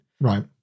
Right